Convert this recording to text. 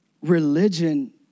religion